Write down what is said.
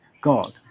God